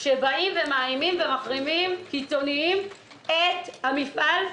שאנשים קיצונים באים ומאיימים ומחרימים את המפעל?